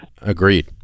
Agreed